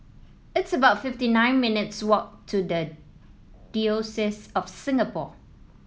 it's about fifty nine minutes' walk to the Diocese of Singapore